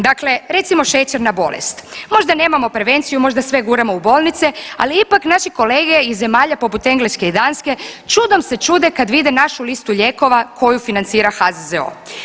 Dakle, recimo šećerna bolest, možda nemamo prevenciju, možda sve guramo u bolnice, ali ipak naši kolege iz zemalja poput Engleske i Danske čudom se čude kad vide našu listu lijekova koju financira HZZO.